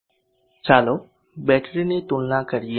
ચાલો બેટરીની તુલના કરીએ